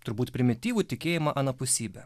turbūt primityvų tikėjimą anapusybę